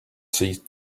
seat